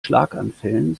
schlaganfällen